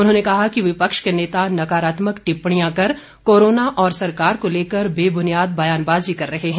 उन्होंने कहा कि विपक्ष के नेता नकारात्मक टिप्पणियां कर कोरोना और सरकार को लेकर बेबुनियाद बयानबाजी कर रहे हैं